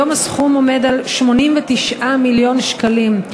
היום הסכום עומד על 89 מיליון שקלים,